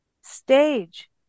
stage